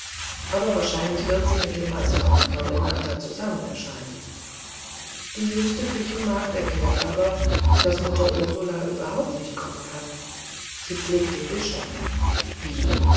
aber wahrscheinlich wird sie mit dem meister und frau renata zusammen erscheinen die jüngste küchenmagd erklärt aber daß mutter ursula überhaupt nicht kommen kann sie pflegt den bischof wie